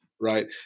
right